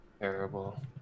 Terrible